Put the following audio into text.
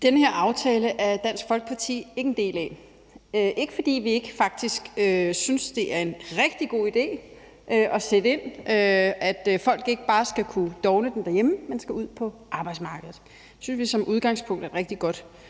Den her aftale er Dansk Folkeparti ikke en del af. Det er, ikke fordi vi ikke faktisk synes, det er en rigtig god idé at sætte ind, og at folk ikke bare skal kunne dovne den derhjemme, men skal ud på arbejdsmarkedet – det synes vi er et rigtig godt